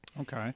Okay